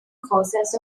courses